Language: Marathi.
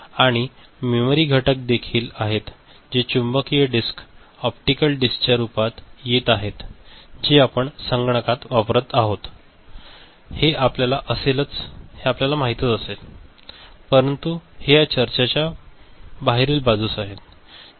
आणि काही मेमरी घटक देखील आहेत जे चुंबकीय डिस्क ऑप्टिकल डिस्कच्या रूपात येत आहेत जे आपण संगणकात वापरत आहोत हे आपल्याला असेलच परंतु हे या चर्चेच्या बाहेरील बाजूस आहे